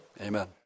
amen